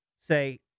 say